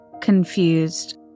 confused